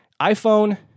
iPhone